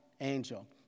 angel